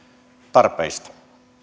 tarpeista